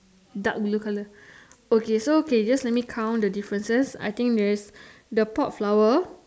dark blue colour okay so okay just let me count the differences I think there is the pot flower